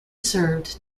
served